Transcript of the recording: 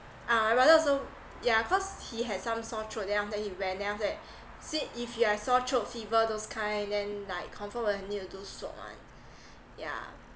ah my brother also yeah cause he had some sore throat then after that he went then after that said if you have sore throat fever those kind then like confirm will need to do swab [one] yeah